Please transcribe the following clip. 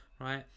Right